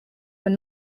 were